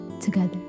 together